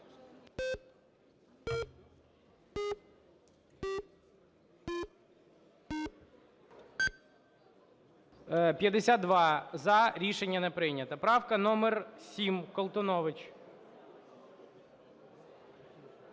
За-52 Рішення не прийнято. Правка номер 7, Колтунович.